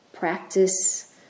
practice